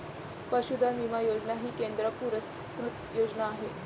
पशुधन विमा योजना ही केंद्र पुरस्कृत योजना आहे